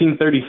1936